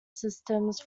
systems